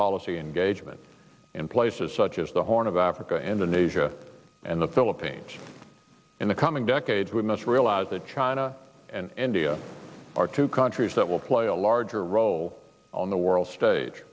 policy engagement in places such as the horn of africa and the nature and the philippines in the coming decades we must realize that china and india are two countries that will play a larger role on the world stage